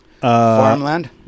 farmland